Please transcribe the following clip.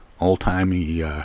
old-timey